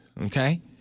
okay